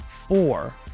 Four